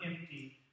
empty